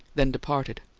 then departed.